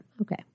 Okay